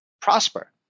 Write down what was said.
prosper